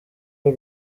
uru